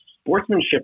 Sportsmanship